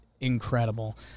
incredible